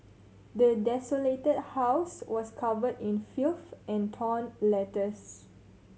the desolated house was covered in filth and torn letters